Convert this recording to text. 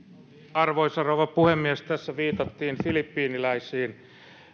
arvoisa rouva puhemies tässä viitattiin filippiiniläisiin